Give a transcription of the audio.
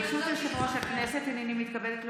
ברשות יושב-ראש הכנסת, הינני מתכבדת להודיעכם,